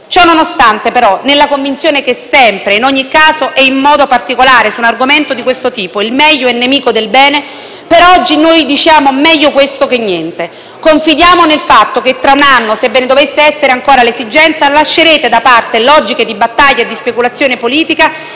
Ciononostante, nella convinzione che sempre, e in particolare su un argomento di questo tipo, il meglio è nemico del bene, per oggi diciamo meglio questo che niente, confidando nel fatto che tra un anno, se ve ne dovesse essere ancora l'esigenza, lascerete da parte logiche di battaglia o di speculazione politica